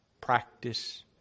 practice